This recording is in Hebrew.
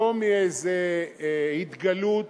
לא מאיזה התגלות